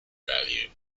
value